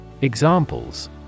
Examples